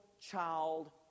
...child